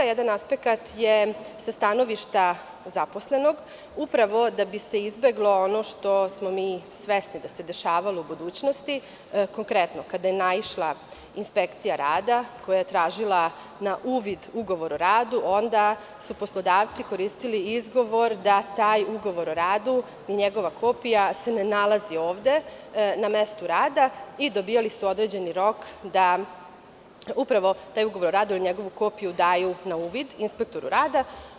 Jedan aspekat je sa stanovišta zaposlenog, upravo da bi se izbeglo ono što smo mi svesni da se dešavalo u budućnosti, konkretno kada je naišla inspekcija rada koja je tražila na uvid ugovor o radu, onda su poslodavci koristili izgovor da taj ugovor o radu i njegova kopija se ne nalaze ovde na mestu rada i dobijali su određeni rok da upravo taj ugovor o radu i njegovu kopiju daju na uvid inspektoru rada.